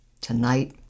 Tonight